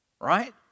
Right